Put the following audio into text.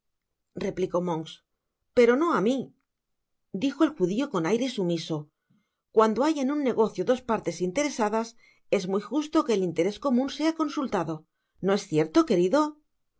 replicó monks pero no á mi dijo el judio con aire sumiso cuando hay en un negocio dos partes interesadas es muy justo que el interés comun sea consultado no es cierto querido